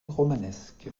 romanesque